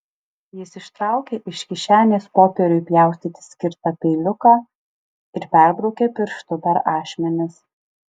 jis ištraukė iš kišenės popieriui pjaustyti skirtą peiliuką ir perbraukė pirštu per ašmenis